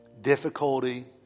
difficulty